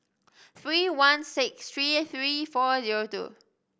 three one six three three four zero two